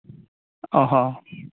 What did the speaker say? ᱚ ᱦᱚᱸ